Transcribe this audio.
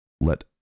Let